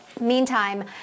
Meantime